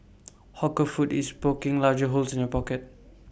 hawker food is poking larger holes in your pocket